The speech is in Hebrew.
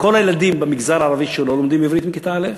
לכל הילדים במגזר הערבי שלא לומדים עברית מכיתה א',